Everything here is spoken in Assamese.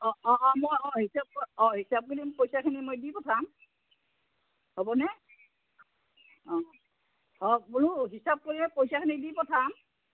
অঁ অঁ অঁ মই অঁ হিচাপ অঁ হিচাপ কৰি পইচাখিনি মই দি পঠাম হ'বনে অঁ অঁ বোলো হিচাপ কৰিয়ে পইচাখিনি দি পঠাম